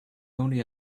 only